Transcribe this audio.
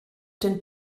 den